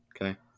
okay